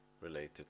related